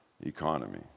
economy